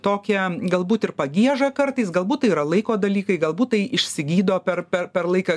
tokią galbūt ir pagiežą kartais galbūt yra laiko dalykai galbūt tai išsigydo per per laiką